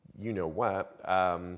you-know-what